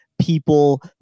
people